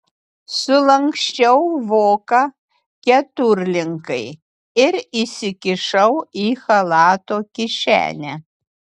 sulanksčiau voką keturlinkai ir įsikišau į chalato kišenę